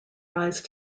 rise